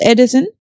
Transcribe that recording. Edison